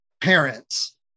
parents